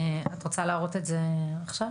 את רוצה להראות את זה עכשיו?